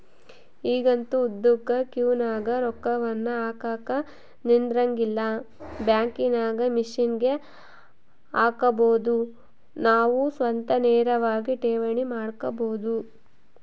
ಈಗಂತೂ ಉದ್ದುಕ ಕ್ಯೂನಗ ರೊಕ್ಕವನ್ನು ಹಾಕಕ ನಿಂದ್ರಂಗಿಲ್ಲ, ಬ್ಯಾಂಕಿನಾಗ ಮಿಷನ್ಗೆ ಹಾಕಬೊದು ನಾವು ಸ್ವತಃ ನೇರವಾಗಿ ಠೇವಣಿ ಮಾಡಬೊದು